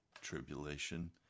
tribulation